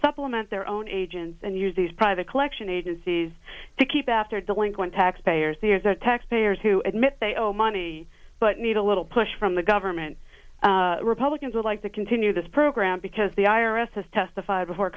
supplement their own agents and use these private collection agencies to keep after delinquent taxpayers there's a taxpayers who admit they owe money but need a little push from the government republicans would like to continue this program because the i r s has testified before